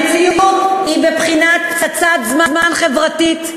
המציאות היא בבחינת פצצת זמן חברתית.